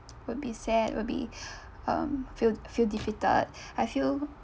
would be sad will be um feel feel defeated I feel